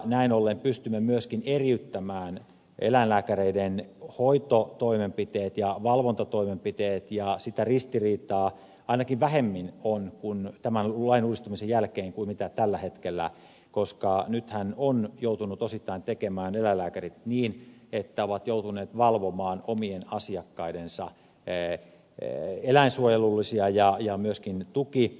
näin ollen pystymme myöskin eriyttämään eläinlääkäreiden hoitotoimenpiteet ja valvontatoimenpiteet ja sitä ristiriitaa on ainakin vähemmin tämän lain uudistamisen jälkeen kuin mitä tällä hetkellä koska nythän ovat joutuneet osittain tekemään eläinlääkärit niin että ovat joutuneet valvomaan omien asiakkaidensa eläinsuojelullisia ja myöskin tukiasioita